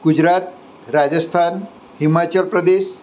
Gujarat Rajasthan Himachal Pradesh